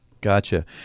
Gotcha